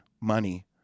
money